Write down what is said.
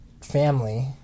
family